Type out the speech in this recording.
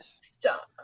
Stop